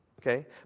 Okay